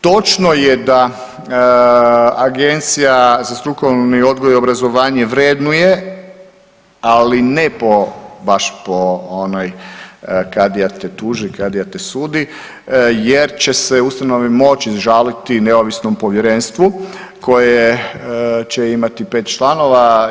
Točno je da Agencija za strukovni odgoj i obrazovanje vrednuje, ali ne po, baš po onoj „kadija te tuži, kadija te sudi“ jer će se ustanove moći žaliti neovisnom povjerenstvu koje će imati pet članova.